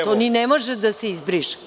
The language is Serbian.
To ni ne može da se izbriše.